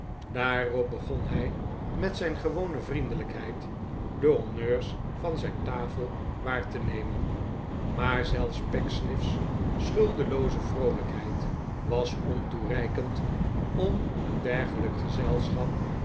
daarop begon hij met zijn gewone vriendelijkheid de honneurs van zijn tafel waar te nemen f maar zelfs pecksniff's schuldelooze vroolijkheid was ontoereikend om een dergelijk gezelschap